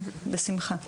בשמחה.